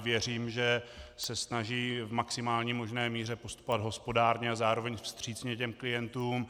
Věřím, že se snaží v maximální možné míře postupovat hospodárně a zároveň vstřícně klientům.